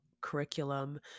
curriculum